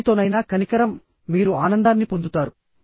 ఎవరితోనైనా కనికరం మీరు ఆనందాన్ని పొందుతారు